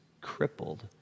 crippled